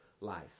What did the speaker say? life